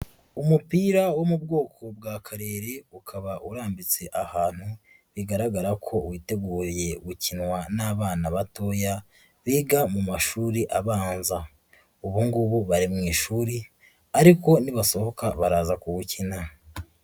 Umupira wo mu bwoko bwa karere ukaba urambitse ahantu bigaragara ko witeguye gukinwa n'abana batoya biga mu mashuri abanza, ubu ngubu bari mu ishuri ariko nibasohoka baraza kuwukina.